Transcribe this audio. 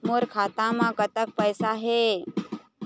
मोर खाता म कतक पैसा हे?